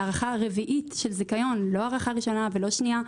בהארכה רביעית של זיכיון לא הארכה ראשונה ולא שנייה.